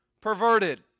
perverted